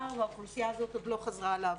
והאוכלוסייה הזאת עוד לא חזרה לעבוד.